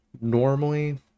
normally